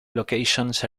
locations